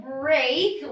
break